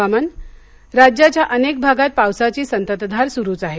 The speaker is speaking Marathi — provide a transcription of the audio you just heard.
हवामान अंदाज राज्याच्या अनेक भागात पावसाची संततधार सुरूच आहे